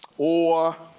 or